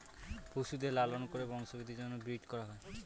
পশুদের লালন করে বংশবৃদ্ধির জন্য ব্রিড করা হয়